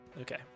okay